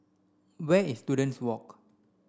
where is Students Walk